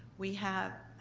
we have